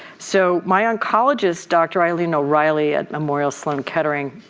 so my oncologist, dr. eileen o'reilly at memorial sloan kettering